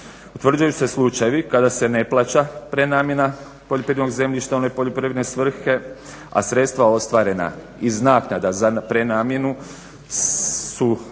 Utvrđuju se slučajevi kada se ne plaća prenamjena poljoprivrednog zemljišta u nepoljoprivredne svrhe, a sredstva ostvarena iz naknada za prenamjenu su